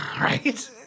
Right